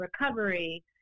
recovery